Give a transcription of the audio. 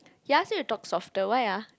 he ask me to talk softer why ah